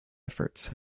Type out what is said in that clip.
efforts